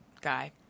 guy